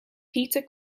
peter